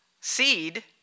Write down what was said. seed